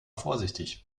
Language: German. vorsichtig